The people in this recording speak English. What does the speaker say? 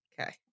Okay